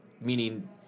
Meaning